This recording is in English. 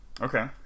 Okay